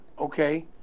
okay